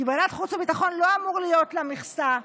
כי לוועדת החוץ והביטחון לא אמורה להיות מכסה לפגרה.